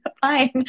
fine